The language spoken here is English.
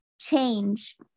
change